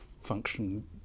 function